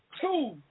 Two